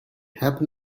happen